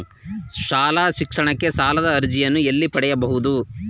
ಶಾಲಾ ಶಿಕ್ಷಣಕ್ಕೆ ಸಾಲದ ಅರ್ಜಿಯನ್ನು ಎಲ್ಲಿ ಪಡೆಯಬಹುದು?